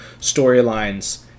storylines